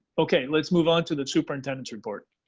okay let's move on to the superintendents report.